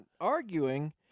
arguing